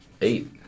Eight